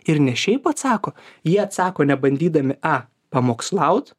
ir ne šiaip atsako jie atsako nebandydami a pamokslaut